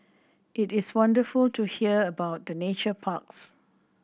it is wonderful to hear about the nature parks